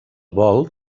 vol